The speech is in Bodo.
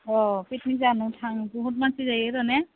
अ पिकनिक जानो थांनाय बुहुद मानसि जायोर' ने